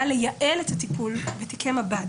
היה לייעל את הטיפול בתיקי מב"ד.